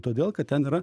todėl kad ten yra